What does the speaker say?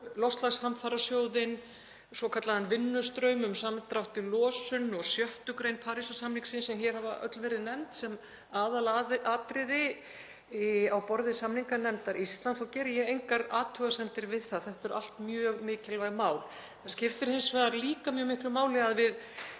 loftslagshamfarasjóðinn, svokallaðan vinnustraum um samdrátt í losun og 6. gr. Parísarsamningsins sem hér hafa öll verið nefnd sem aðalatriði á borði samninganefndar Íslands og geri ég engar athugasemdir við það, þetta eru allt mjög mikilvæg mál. Það skiptir hins vegar líka mjög miklu máli að við